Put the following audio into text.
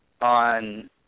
on